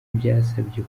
byasabye